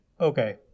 okay